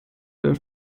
der